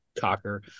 Cocker